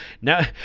Now